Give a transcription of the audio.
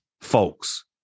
folks